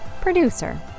producer